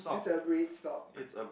is a red sock